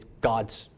God's